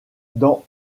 dans